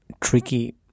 tricky